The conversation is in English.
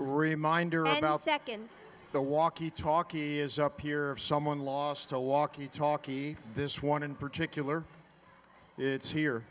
reminder about seconds the walkie talkie is up here someone lost a walkie talkie this one in particular it's here